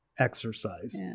exercise